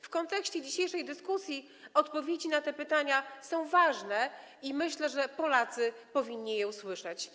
W kontekście dzisiejszej dyskusji odpowiedzi na te pytania są ważne i myślę, że Polacy powinni je usłyszeć.